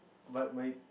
but my